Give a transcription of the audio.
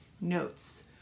notes